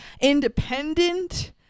independent